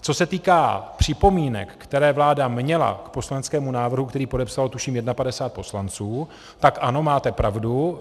Co se týká připomínek, které vláda měla k poslaneckému návrhu, který podepsalo, tuším, 51 poslanců, tak ano, máte pravdu.